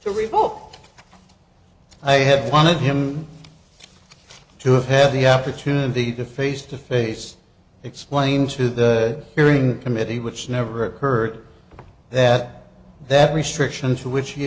to revoke i have wanted him to have had the opportunity to face to face explain to the hearing committee which never occurred that that restriction to which he